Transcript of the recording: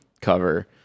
cover